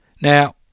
Now